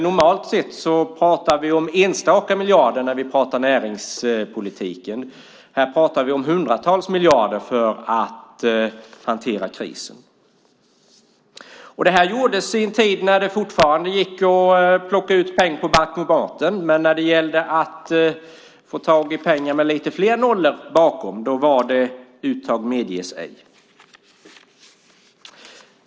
Normalt sett pratar vi om enstaka miljarder när vi pratar näringspolitik. Här pratar vi om hundratals miljarder för att hantera krisen. Det här gjordes i en tid när det fortfarande gick att plocka ut pengar från bankomaten, men när det gällde att få tag i pengar med lite fler nollor bakom var det "uttag medges ej".